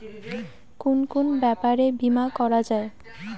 কুন কুন ব্যাপারে বীমা করা যায়?